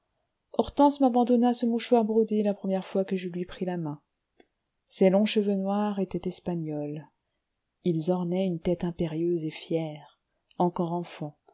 hortense m'abandonna ce mouchoir brodé la première fois que je lui pris la main ces longs cheveux noirs étaient espagnols ils ornaient une tête impérieuse et fière encore enfant